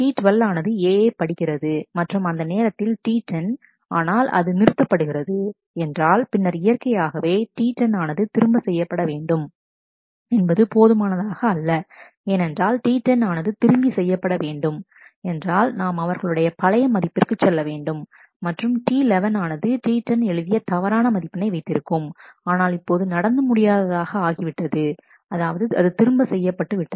T12 ஆனது A யை படிக்கிறது மற்றும் அந்த நேரத்தில் T10 ஆனால் அது நிறுத்தப்படுகிறது என்றால் பின்னர் இயற்கையாகவே T10 ஆனது திரும்ப செய்யப்பட வேண்டும் என்பது போதுமானதாக அல்ல ஏனென்றால் T10 ஆனது திரும்ப செய்யப்பட வேண்டும் என்றால் நாம் அவர்களுடைய பழைய மதிப்பிற்கு செல்ல வேண்டும் மற்றும் T11 ஆனது T10 எழுதிய தவறான மதிப்பினை வைத்திருக்கும் ஆனால் இப்போது நடந்து முடியாததாக ஆகி விட்டது அதாவது அது திரும்ப செய்யப்பட்டுவிட்டது